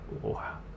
wow